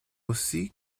aussi